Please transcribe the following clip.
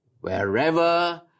Wherever